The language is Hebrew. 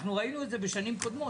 ראינו את זה בשנים קודמות.